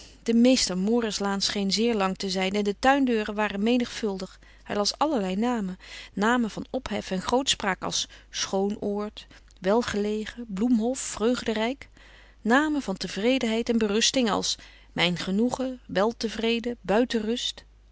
de meester morislaan scheen zeer lang te zijn en de tuindeuren waren menigvuldig hij las allerlei namen namen van ophef en grootspraak als schoonoord welgelegen bloemhof vreugderijk namen van tevredenheid en berusting als mijn genoegen weltevreden buitenrust